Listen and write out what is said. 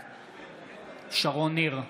בעד שרון ניר,